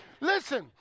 Listen